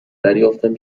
دریافتم